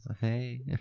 Hey